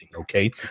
Okay